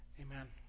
Amen